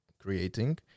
creating